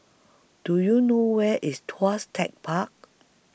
Do YOU know Where IS Tuas Tech Park